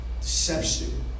deception